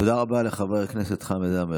תודה רבה לחבר הכנסת חמד עמאר.